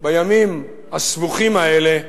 בימים הסבוכים האלה,